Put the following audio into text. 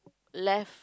left